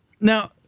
Now